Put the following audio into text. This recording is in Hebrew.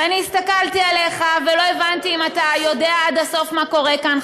ואני הסתכלתי עליך ולא הבנתי אם אתה יודע עד הסוף מה קורה כאן.